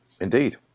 Indeed